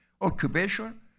occupation